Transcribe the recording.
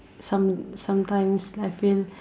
some sometimes I feel